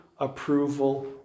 approval